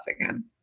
again